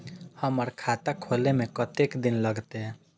हमर खाता खोले में कतेक दिन लगते?